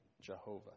Jehovah